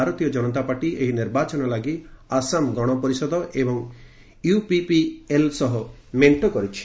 ଭାରତୀୟ ଜନତା ପାର୍ଟି ଏହି ନିର୍ବାଚନ ଲାଗି ଆସାମ ଗଣପରିଷଦ ଏବଂ ୟୁପିପିଏଲ୍ ସହ ମେଣ୍ଟ କରିଛି